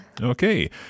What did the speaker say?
Okay